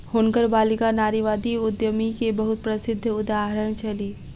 हुनकर बालिका नारीवादी उद्यमी के बहुत प्रसिद्ध उदाहरण छली